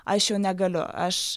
aš jau negaliu aš